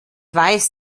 weiß